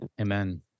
Amen